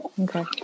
Okay